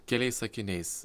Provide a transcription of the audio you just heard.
keliais sakiniais